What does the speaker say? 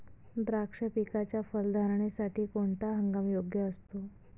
द्राक्ष पिकाच्या फलधारणेसाठी कोणता हंगाम योग्य असतो?